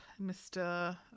Mr